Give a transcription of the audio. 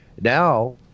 now